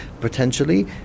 potentially